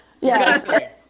Yes